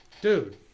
Dude